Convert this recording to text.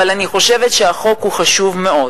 אבל אני חושבת שהחוק הוא חשוב מאוד,